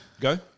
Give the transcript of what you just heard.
go